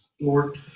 Lord